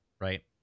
right